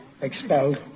Expelled